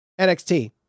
NXT